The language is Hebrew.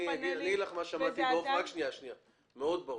אגיד לך מה שמעתי באופן ברור מאוד: